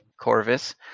Corvus